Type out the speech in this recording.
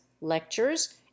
lectures